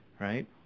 right